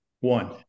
One